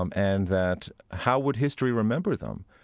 um and that how would history remember them?